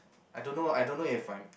I don't know I don't know if I'm